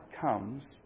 comes